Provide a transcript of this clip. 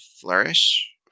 Flourish